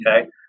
Okay